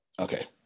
Okay